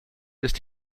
ist